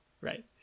Right